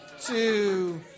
two